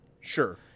Sure